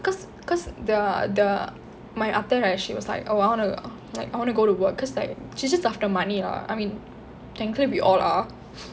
cause cause the the my அத்தை:atthai right she was like oh I want like I want to go to work cause like she's just after money lah I mean technically we all are